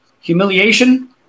humiliation